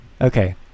Okay